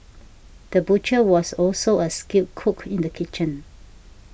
the butcher was also a skilled cook in the kitchen